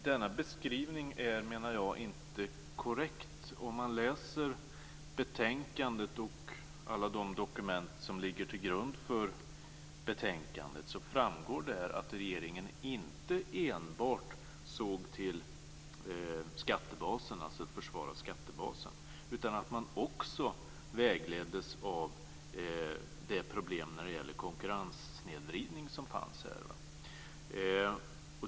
Fru talman! Jag menar att denna beskrivning inte är korrekt. Om man läser betänkandet och alla de dokument som ligger till grund för betänkandet framgår det att regeringen inte enbart såg till skattebasen och att försvara den utan att den också vägleddes av de problem som fanns när det gällde konkurrenssnedvridning.